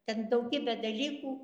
ten daugybė dalykų